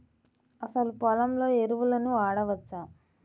అసలు పొలంలో ఎరువులను వాడవచ్చా?